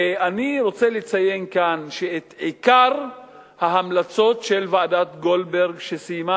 אני רוצה לציין כאן שעיקר ההמלצות של ועדת-גולדברג שסיימה